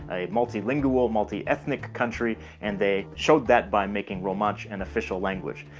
a multilingual, multi-ethnic country and they showed that by making romansh an official language.